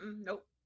nope